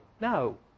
no